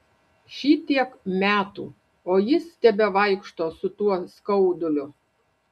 šitiek metų o jis tebevaikšto su tuo skauduliu